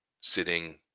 sitting